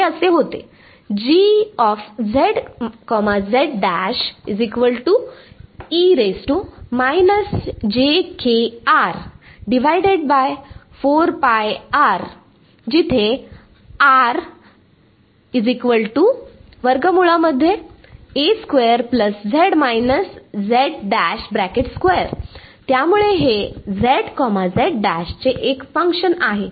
हे असे होते where त्यामुळे हे चे एक फंक्शन आहे